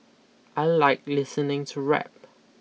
I like listening to rap